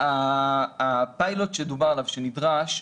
הפיילוט שדובר עליו שנדרש,